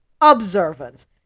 Observance